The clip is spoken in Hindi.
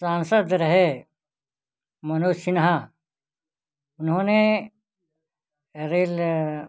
सांसद रहे मनोज सिन्हा उन्होंने रेल